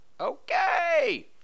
okay